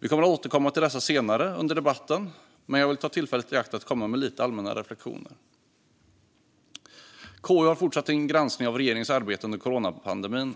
Vi kommer att återkomma till dessa senare under debatten, men jag vill ta tillfället i akt att komma med några allmänna reflektioner. KU har fortsatt sin granskning av regeringens arbete under coronapandemin.